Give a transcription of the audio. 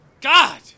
God